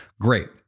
Great